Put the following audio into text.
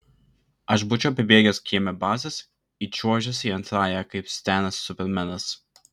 aš būčiau apibėgęs kieme bazes įčiuožęs į antrąją kaip stenas supermenas